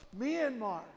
Myanmar